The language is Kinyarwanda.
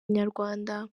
inyarwanda